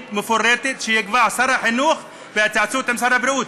מפורטת שיקבע שר החינוך בהתייעצות עם שר הבריאות.